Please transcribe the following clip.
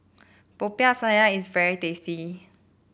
Popiah Sayur is very tasty